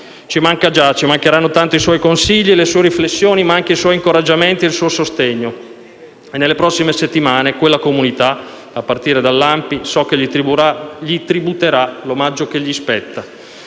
Ci mancheranno tanto i suoi consigli e le sue riflessioni, ma anche i suoi incoraggiamenti e il suo sostegno, e nelle prossime settimane quella comunità, a partire dall'ANPI, so che gli tributerà l'omaggio che gli spetta.